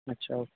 अच्छा ओके